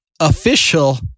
official